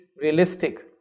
realistic